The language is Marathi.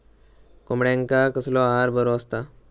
कोंबड्यांका कसलो आहार बरो असता?